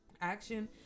action